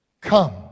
come